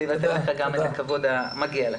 ניתן לך את הכבוד המגיע לך.